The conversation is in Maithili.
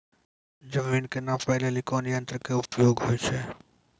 जमीन के नापै लेली कोन यंत्र के उपयोग होय छै?